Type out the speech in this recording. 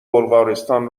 بلغارستان